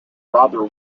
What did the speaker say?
rother